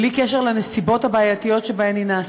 בלי קשר לנסיבות הבעייתיות שבהן היא נעשתה,